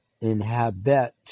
inhabit